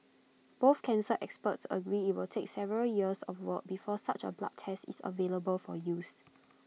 both cancer experts agree IT will take several years of work before such A blood test is available for use